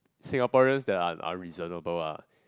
Singaporeans they are unreasonable ah